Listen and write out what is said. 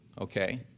okay